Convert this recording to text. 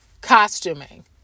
Costuming